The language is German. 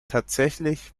tatsächlich